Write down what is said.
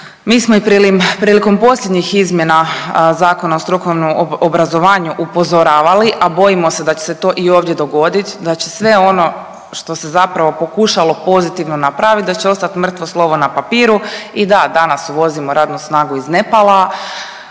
mi smo i prilikom posljednjih izmjena Zakona o strukovnom obrazovanju upozoravali, a bojimo se da će se to i ovdje dogodit, da će sve ono što se zapravo pokušalo pozitivno napravit da će ostat mrtvo slovo na papiru i da, danas uvozimo radnu snagu iz Nepala,